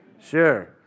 Sure